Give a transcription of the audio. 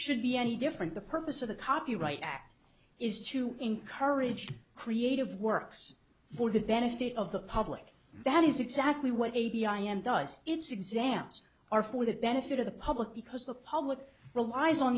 should be any different the purpose of the copyright act is to encourage creative works for the benefit of the public that is exactly what a b i and does its exams are for the benefit of the public because the public relies on